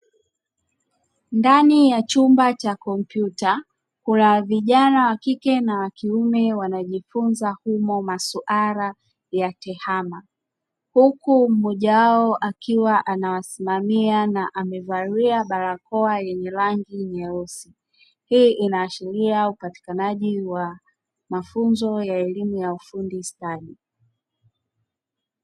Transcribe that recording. Ndani ya chumba cha kompyuta kuna vijana wakike na wakiume wanajifunza humo maswala ya tehama, huku mmoja wao akiwa anawasimamia na amevalia barakoa yenye rangi nyeusi. Hii inaashiria upatikanaji wa mafunzo ya elimu ya ufundi stadi.